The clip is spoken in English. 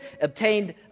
Obtained